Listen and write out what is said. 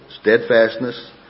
steadfastness